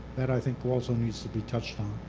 that, i think, also needs to be touched on.